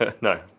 no